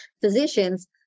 physicians